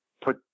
put